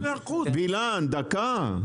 וילן, דקה.